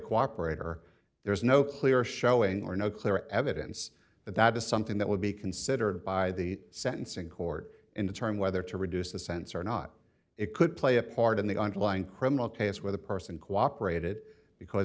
cooperate or there is no clear showing or no clear evidence that that is something that would be considered by the sentencing court in the term whether to reduce the sense or not it could play a part in the underlying criminal case where the person cooperated because